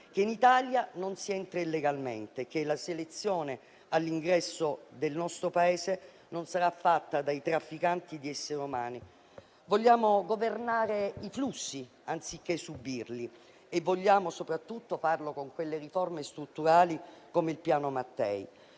che in Italia non si entra illegalmente, che la selezione all'ingresso del nostro Paese non sarà fatta dai trafficanti di esseri umani. Vogliamo governare i flussi anziché subirli e vogliamo soprattutto farlo con riforme strutturali, come il Piano Mattei.